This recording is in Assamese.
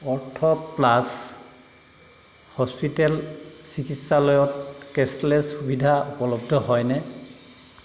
অৰ্থপ্লাছ হস্পিটেল চিকিৎসালয়ত কেছলেছ সুবিধা উপলব্ধ হয়নে